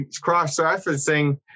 cross-referencing